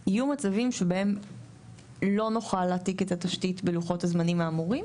יהיו מצבים שבהם לא נוכל להעתיק את התשית בלוחות הזמנים האמורים,